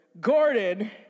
Gordon